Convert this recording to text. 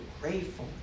grateful